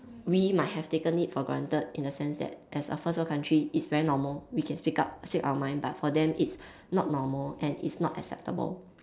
we might have taken it for granted in a sense that as a first world country it's very normal we can speak up speak our mind but for them it's not normal and it's not acceptable